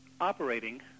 operating